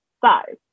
size